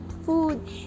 food